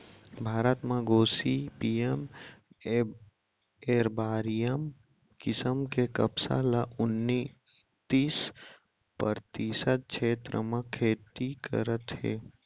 भारत म gossypium arboreum किसम के कपसा ल उन्तीस परतिसत छेत्र म खेती करत हें